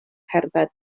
cerdded